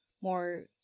more